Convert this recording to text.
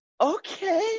Okay